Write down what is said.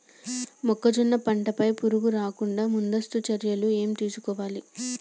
మొక్కజొన్న పంట పై పురుగు రాకుండా ముందస్తు చర్యలు ఏం తీసుకోవాలి?